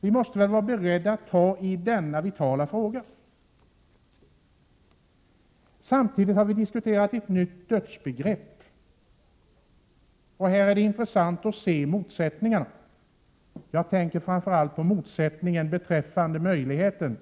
Vi måste vara beredda att ta tag i denna vitala fråga. Nyligen har vi ju diskuterat ett nytt dödsbegrepp, och det är intressant att se motsättningarna. Jag tänker framför allt på motsättningen beträffande möjligheten